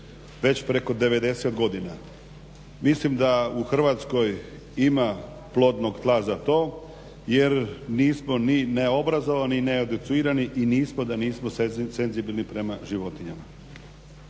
već preko 90 godina. Mislim da u Hrvatskoj ima plodnog tla jer nismo ni neobrazovani, neadekcuirani i nismo da nismo senzibilni prema životinjama.